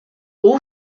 all